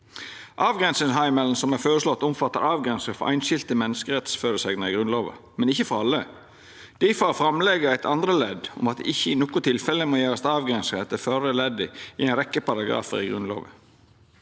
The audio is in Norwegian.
Avgrensingsheimelen som er føreslått, omfattar avgrensing frå einskilde av menneskerettsføresegnene i Grunnlova, men ikkje frå alle. Difor har framlegget eit andre ledd om at det ikkje i noko tilfelle må gjerast avgrensingar etter førre leddet i ei rekkje paragrafar i Grunnlova.